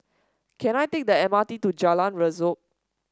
can I take the M R T to Jalan Rasok